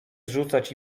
zrzucać